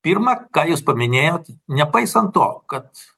pirma ką jūs paminėjot nepaisant to kad